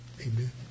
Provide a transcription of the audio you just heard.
amen